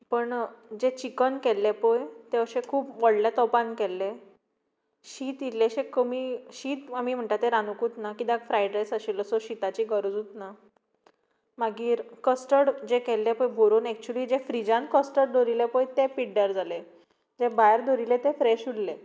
पण जें चिकन केल्लें पळय तें खूब व्हडल्या तोपान केल्लें शीत इल्लेशें कमी शीत आमी म्हणटात तें रांदुंकूच ना कित्याक फ्राय्ड रायस आशिल्लो सो शिताची गरजूच ना मागीर कस्टर्ड जें केल्लें पळय व्हरून एक्चयुली जें फ्रिझांत कस्टर्ड धवरिल्लें पळय तें पिड्ड्यार जालें जें भायर दवरिल्लें तें फ्रेश उरलें